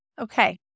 Okay